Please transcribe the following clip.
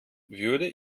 würde